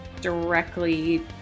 directly